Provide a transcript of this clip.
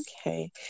Okay